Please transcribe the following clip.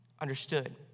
understood